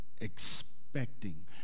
expecting